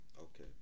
Okay